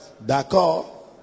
D'accord